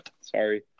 Sorry